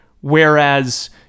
whereas